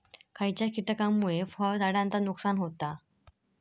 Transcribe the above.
खयच्या किटकांमुळे फळझाडांचा नुकसान होता?